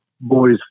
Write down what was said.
boys